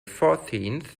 fourteenth